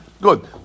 Good